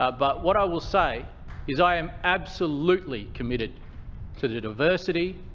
ah but what i will say is i am absolutely committed to the diversity,